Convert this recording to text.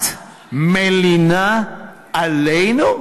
מהיכן, את מלינה עלינו?